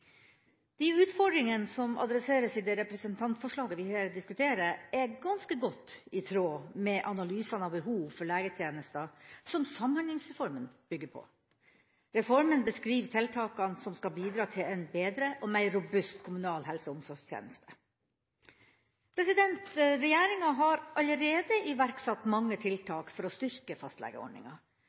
De utfordringene som adresseres i det representantforslaget vi her diskuterer, er ganske godt i tråd med analysene av behov for legetjenester som Samhandlingsreformen bygger på. Reformen beskriver tiltakene som skal bidra til en bedre og mer robust kommunal helse- og omsorgstjeneste. Regjeringa har allerede iverksatt mange tiltak for å styrke fastlegeordninga,